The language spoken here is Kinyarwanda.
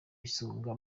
isonga